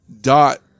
dot